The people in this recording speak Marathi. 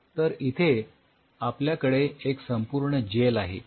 तर इथे आपल्याकडे एक संपूर्ण जेल आहे